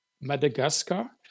Madagascar